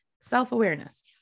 Self-awareness